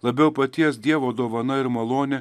labiau paties dievo dovana ir malonė